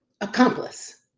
accomplice